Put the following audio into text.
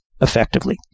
effectively